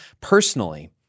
personally—